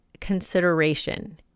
consideration